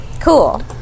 Cool